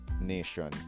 nation